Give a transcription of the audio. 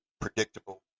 predictable